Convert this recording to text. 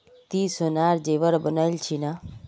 ती सोनार जेवर बनइल छि न